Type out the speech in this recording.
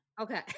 Okay